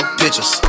pictures